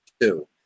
two